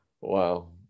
Wow